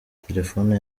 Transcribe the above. telefoni